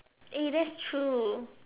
eh that's true